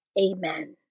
Amen